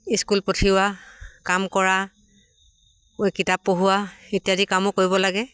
school পঠিওৱা কাম কৰা কিতাপ পঢ়োৱা ইত্যাদি কামো কৰিব লাগে